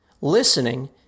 Listening